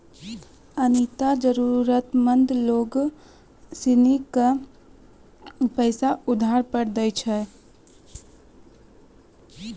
अनीता जरूरतमंद लोग सिनी के पैसा उधार पर दैय छै